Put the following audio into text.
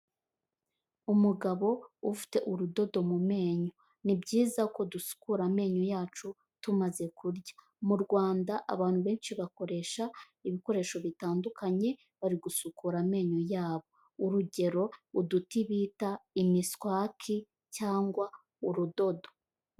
Umugabo ufite urudodo mu menyo. Ni byiza ko dusukura amenyo yacu tumaze kurya. Mu Rwanda abantu benshi bakoresha ibikoresho bitandukanye bari gusukura amenyo yabo. Urugero uduti bita imiswaki cyangwa urudodo.